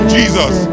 Jesus